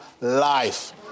life